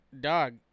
dog